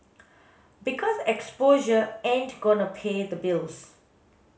because exposure ain't gonna pay the bills